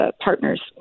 partners